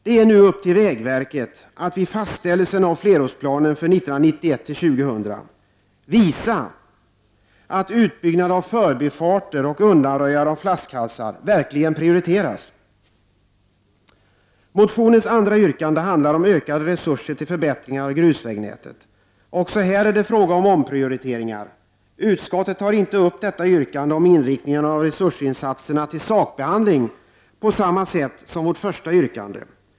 Det är nu vägverkets sak att vid fastställandet av flerårsplanen för 1991—2000 visa att utbyggnad av förbifarter och undanröjande av flaskhalsar verkligen prioriteras! Motionens andra yrkande handlar om ökade resurser till förbättringar av grusvägnätet. Också här är det fråga om omprioriteringar. Utskottet tar inte upp detta yrkande om inriktningen av resursinsatserna till sakbehandling på samma sätt som vårt första yrkande.